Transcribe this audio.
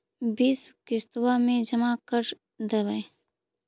बिस किस्तवा मे जमा कर देवै?